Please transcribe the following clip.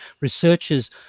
researchers